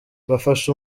bafashe